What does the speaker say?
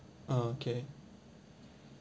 okay